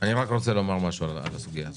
אני רק רוצה לומר משהו על הסוגיה הזו.